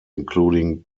including